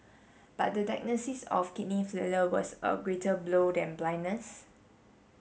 but the diagnosis of kidney failure was a greater blow than blindness